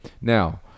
Now